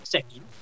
Second